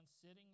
sitting